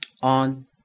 on